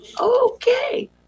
okay